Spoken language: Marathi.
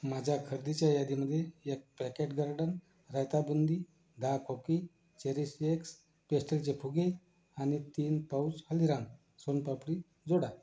माझ्या खरेदीच्या यादीमध्ये एक पॅकेट गार्डन रायता बुंदी दहा खोकी चेरीशएक्स पेस्टलचे फुगे आणि तीन पाऊच हल्दीराम सोनपापडी जोडा